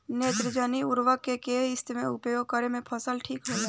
नेत्रजनीय उर्वरक के केय किस्त मे उपयोग करे से फसल ठीक होला?